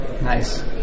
nice